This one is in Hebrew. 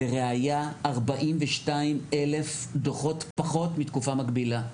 לראיה 42 אלף דוחות פחות מתקופה מקבילה.